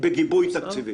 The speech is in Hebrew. די, גברתי.